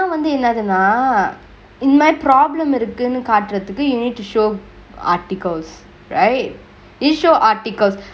ஆன வந்து என்னதுனா இந்த மாதிரி:aana vanthu ennathunaa inthe maathiri problem இருக்குனு காட்டுருதுக்கு:irukkunu kaatruthuku you need to show articles right issue articles